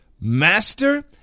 master